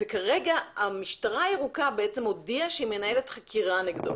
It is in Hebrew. כרגע המשטרה הירוקה הודיעה שהיא מנהלת חקירה נגדו.